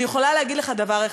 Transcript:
אני יכולה להגיד לך דבר אחד: